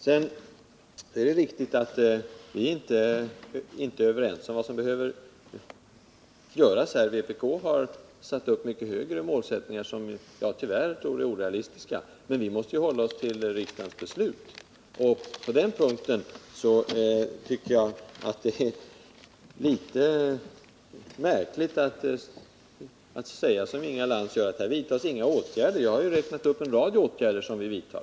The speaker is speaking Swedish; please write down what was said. Det är riktigt att vi inte är överens om vad som skall göras. Vpk har satt målet mycket högre, vilket jag tyvärr tror är orealistiskt. Vi måste emellertid hålla oss till riksdagens beslut, och jag tycker det är litet märkligt att som Inga Lantz säga att det inte vidtas några åtgärder. Jag har ju räknat upp en rad åtgärder.